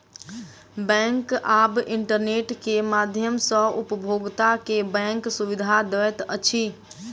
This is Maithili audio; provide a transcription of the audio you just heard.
बैंक आब इंटरनेट के माध्यम सॅ उपभोगता के बैंक सुविधा दैत अछि